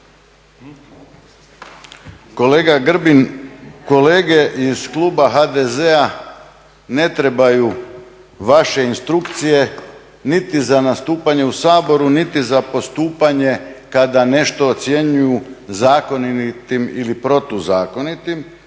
Kolega Grbin, kolege iz kluba HDZ-a ne trebaju vaše instrukcije niti za nastupanje u Saboru, niti za postupanje kada nešto ocjenjuju zakonitim ili protuzakonitim,